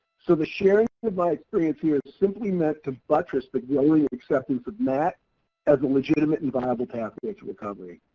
so the sharing of my experience here is simply meant to buttress but the acceptance of mat as a legitimate and viable pathway to recovery.